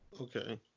okay